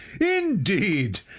indeed